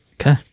Okay